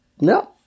No